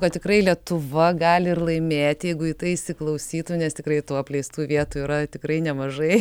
kad tikrai lietuva gali ir laimėti jeigu į tai įsiklausytų nes tikrai tų apleistų vietų yra tikrai nemažai